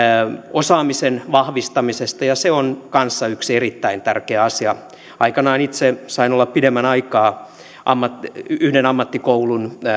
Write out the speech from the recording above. osaamisen vahvistamisesta ja se on kanssa yksi erittäin tärkeä asia aikanaan itse sain olla pidemmän aikaa yhden ammattikoulun